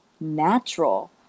natural